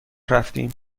رفتیم